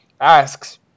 asks